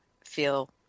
feel